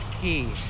key